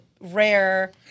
rare –